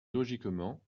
logiquement